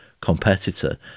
competitor